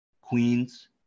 Queens